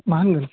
मा होनगोन